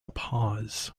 pause